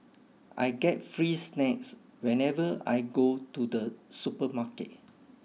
I get free snacks whenever I go to the supermarket